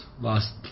last